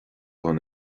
don